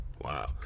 Wow